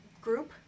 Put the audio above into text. group